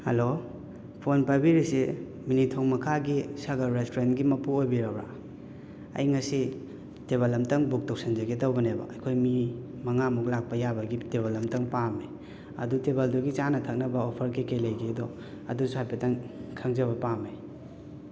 hello phone ꯄꯥꯏꯕꯤꯔꯤꯁꯤ ꯃꯤꯅꯨꯊꯣꯡ ꯃꯈꯥꯒꯤ ꯁꯥꯒꯔ ꯔꯦꯁꯇꯨꯔꯦꯟꯒꯤ ꯃꯄꯨ ꯑꯣꯏꯕꯤꯔꯕꯔꯥ ꯑꯩ ꯉꯁꯤ ꯇꯦꯕꯜ ꯑꯝꯇꯪ ꯕꯨꯛ ꯇꯧꯁꯤꯟꯖꯒꯦ ꯇꯧꯕꯅꯦꯕ ꯑꯩꯈꯣꯏ ꯃꯤ ꯃꯉꯥꯃꯨꯛ ꯂꯥꯛꯄ ꯌꯥꯕꯒꯤ ꯇꯦꯕꯜ ꯑꯃꯇꯪ ꯄꯥꯝꯃꯦ ꯑꯗꯣ ꯇꯦꯕꯜꯗꯨꯒꯤ ꯆꯥꯅ ꯊꯛꯅꯕ ꯑꯣꯐꯔ ꯀꯩ ꯀꯩ ꯂꯩꯒꯦꯗꯣ ꯑꯗꯨꯁꯨ ꯍꯥꯏꯐꯦꯠꯇꯪ ꯈꯪꯖꯕ ꯄꯥꯝꯃꯦ